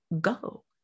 go